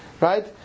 right